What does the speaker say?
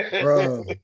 Bro